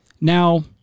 Now